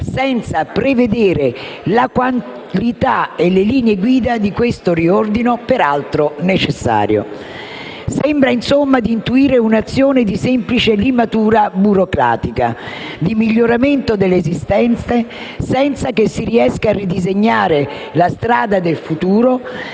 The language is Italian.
senza prevedere la qualità e le linee guida di questo riordino, peraltro necessario. Sembra, insomma, di intuire un'azione di semplice limatura burocratica, di miglioramento dell'esistente, senza che si riesca a disegnare la strada del futuro,